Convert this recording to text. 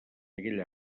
aquell